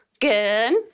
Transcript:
Good